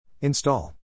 Install